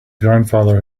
grandfather